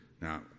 Now